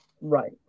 right